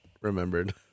remembered